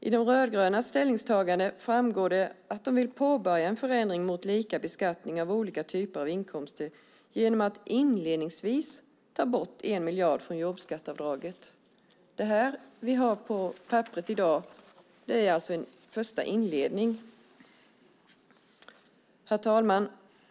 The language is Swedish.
Av De rödgrönas ställningstagande framgår det att de vill påbörja en förändring mot lika beskattning av olika typer av inkomster genom att inledningsvis ta bort 1 miljard från jobbskatteavdraget. Det vi har på papperet i dag är alltså en första inledning. Herr talman!